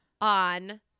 on